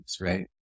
Right